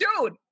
dude